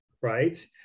right